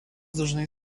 dažnai